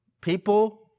people